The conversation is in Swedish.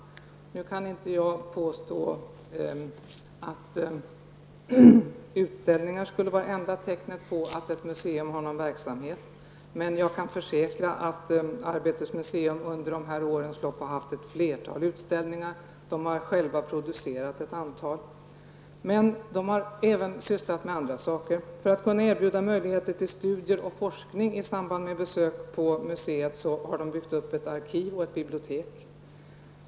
Jag kan inte påstå att utställningar är enda tecknet på att ett museum har någon verksamhet, men jag kan försäkra att Arbetets museum under dessa år har haft ett flertal utställningar. De har själva producerat ett antal, men de har även sysslat med andra saker. För att kunna erbjuda möjligheter till studier och forskning i samband med studiebesök på museet har man byggt upp ett arkiv och ett bibliotek.